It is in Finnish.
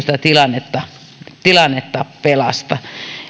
sitä tilannetta tilannetta pelasta